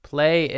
Play